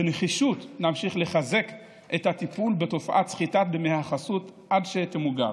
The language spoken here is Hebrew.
בנחישות נמשיך לחזק את הטיפול בתופעת סחיטת דמי החסות עד שתמוגר,